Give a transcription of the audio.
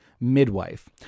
midwife